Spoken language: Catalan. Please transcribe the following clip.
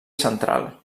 central